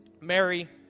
Mary